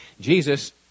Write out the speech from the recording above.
Jesus